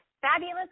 fabulous